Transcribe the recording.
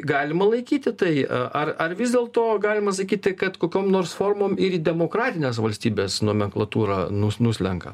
galima laikyti tai ar ar vis dėlto galima sakyti kad kokiom nors formom ir į demokratines valstybes nomenklatūra nus nuslenka